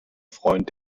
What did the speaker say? freund